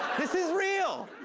this is real.